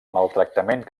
maltractament